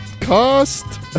cost